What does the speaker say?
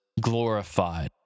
glorified